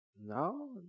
No